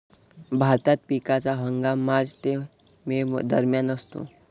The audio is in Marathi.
भारतात पिकाचा हंगाम मार्च ते मे दरम्यान असतो